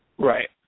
Right